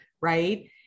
right